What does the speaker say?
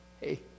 hey